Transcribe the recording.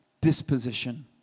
disposition